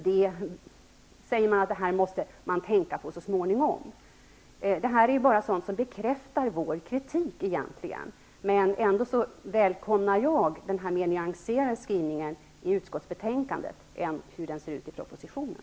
Det sägs även att man måste tänka på det så småningom. Detta bekräftar egentligen bara vår kritik. Men jag välkomnar skrivningen i utskottsbetänkandet som är mer nyanserad än skrivningen i propositionen.